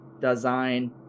design